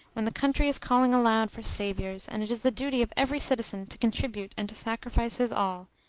when the country is calling aloud for saviours, and it is the duty of every citizen to contribute and to sacrifice his all,